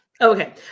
Okay